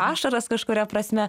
ašaras kažkuria prasme